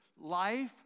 life